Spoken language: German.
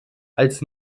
als